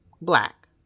black